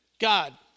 God